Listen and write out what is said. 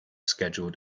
scheduled